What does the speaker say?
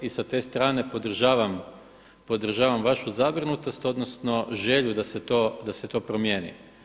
I sa te strane podržavam vašu zabrinutost, odnosno želju da se to promijeni.